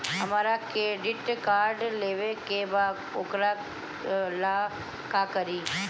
हमरा credit card लेवे के बा वोकरा ला का करी?